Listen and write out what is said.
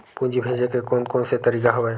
पूंजी भेजे के कोन कोन से तरीका हवय?